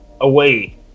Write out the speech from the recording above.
away